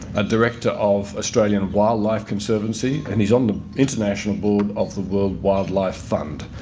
a director of australian wildlife conservancy and he's on the international board of the world wildlife fund.